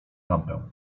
lampę